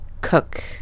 cook